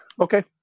Okay